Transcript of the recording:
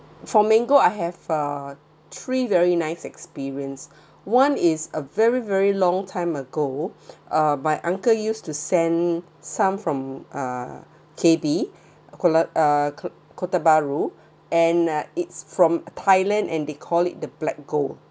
for mango I have uh three very nice experience one is a very very long time ago uh my uncle used to send some from uh K_B kuala uh ko~ kota bahru and uh it's from thailand and they call it the black gold